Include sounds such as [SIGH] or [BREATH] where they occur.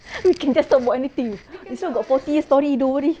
[BREATH] we can just talk about anything this [one] got forty story don't worry